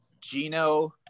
Gino